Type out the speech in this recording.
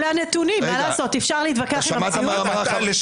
לימור סון הר מלך (עוצמה יהודית): אלה הנתונים,